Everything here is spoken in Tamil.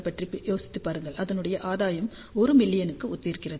பற்றி யோசித்துப் பாருங்கள் அதனுடைய ஆதாயம் 1 மில்லியனுக்கு ஒத்திருக்கிறது